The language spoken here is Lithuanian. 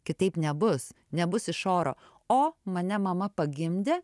kitaip nebus nebus iš oro o mane mama pagimdė